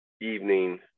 evening